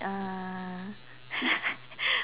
uh